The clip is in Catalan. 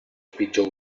pitjor